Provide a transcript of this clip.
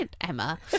Emma